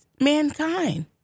mankind